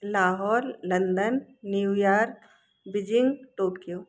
Lahore London New York Beijing Tokyo